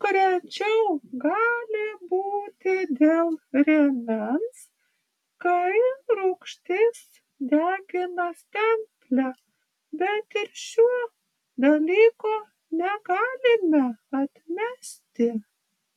daug rečiau gali būti dėl rėmens kai rūgštis degina stemplę bet ir šio dalyko negalime atmesti